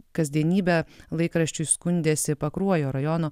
kasdienybe laikraščiui skundėsi pakruojo rajono